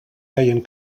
deien